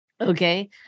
Okay